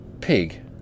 Pig